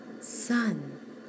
sun